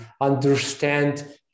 understand